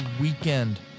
weekend